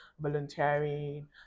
volunteering